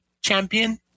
champion